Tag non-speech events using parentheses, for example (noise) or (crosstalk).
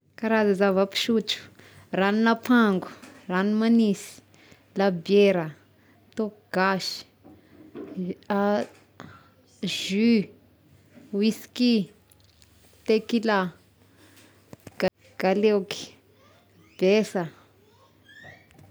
Karaza zava-pisotro: ranon'ampango, rano manisy, labiera, tôka gasy, (noise) (hesitation) jus, whisky, tekila, (noise) galeoky, besa. (noise)